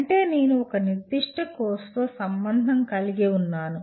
అంటే నేను ఒక నిర్దిష్ట కోర్సుతో సంబంధం కలిగి ఉన్నాను